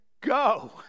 go